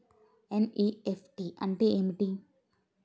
NEFT అంటే ఏమిటి?